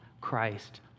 Christ